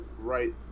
right